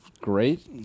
Great